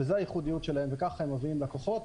וזו הייחודיות שלהם וככה הם מביאים לוקחות.